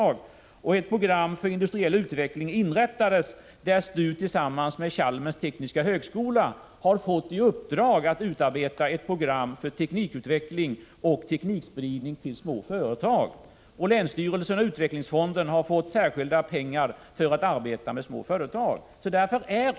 Dessutom har beslut fattats om ett program för industriell utveckling, där STU tillsammans med Chalmers tekniska högskola har fått i uppdrag att utarbeta ett program för teknikutveckling och teknikspridning till små företag. Även länsstyrelsen och utvecklingsfonden har fått särskilda medel för att arbeta med små företag.